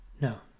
No